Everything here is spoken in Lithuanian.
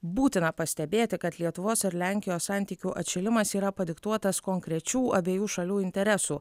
būtina pastebėti kad lietuvos ir lenkijos santykių atšilimas yra padiktuotas konkrečių abiejų šalių interesų